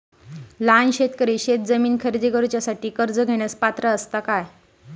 लहान शेतकरी शेतजमीन खरेदी करुच्यासाठी कर्ज घेण्यास पात्र असात काय?